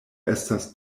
estas